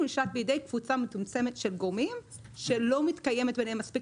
הוא נשלט בידי קבוצה מצומצמת של גורמים שלא מתקיימת ביניהם מספיק